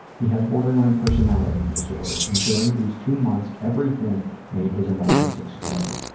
he has borderline personality disorder, and during these two months everything made his emotions explode.